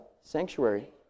sanctuary